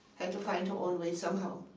had to find her own way somehow.